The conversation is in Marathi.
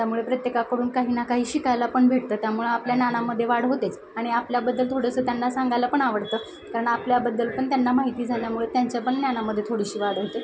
त्यामुळे प्रत्येकाकडून काही ना काही शिकायला पण भेटतं त्यामुळं आपल्या ज्ञानामध्ये वाढ होतेच आणि आपल्याबद्दल थोडंसं त्यांना सांगायला पण आवडतं कारण आपल्याबद्दल पण त्यांना माहिती झाल्यामुळे त्यांच्यापण ज्ञानामध्ये थोडीशी वाढ होते